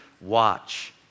Watch